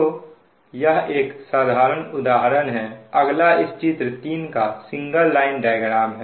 तो यह एक साधारण उदाहरण है अगला इस चित्र 3 का सिंगल लाइन डायग्राम है